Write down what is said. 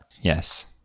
Yes